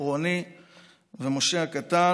רוני ומשה הקטן,